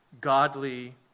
godly